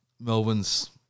Melbourne's